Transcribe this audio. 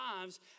lives